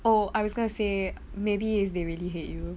oh I was gonna say maybe is they really hate you